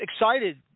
excited